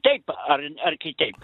taip ar ar kitaip